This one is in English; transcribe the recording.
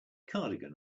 cardigan